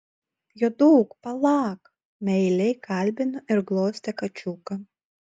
juoduk palak meiliai kalbino ir glostė kačiuką